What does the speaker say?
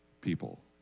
people